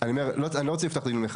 אני אומר, אני לא רוצה לפתוח דיון מחדש.